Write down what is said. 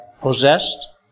possessed